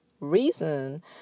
reason